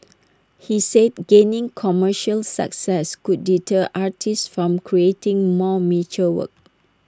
he said gaining commercial success could deter artists from creating more mature work